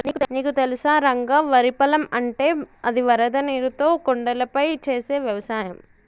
నీకు తెలుసా రంగ వరి పొలం అంటే అది వరద నీరుతో కొండలపై చేసే వ్యవసాయం